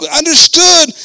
understood